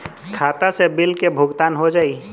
खाता से बिल के भुगतान हो जाई?